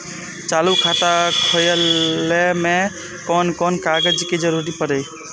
चालु खाता खोलय में कोन कोन कागज के जरूरी परैय?